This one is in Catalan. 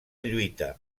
lluita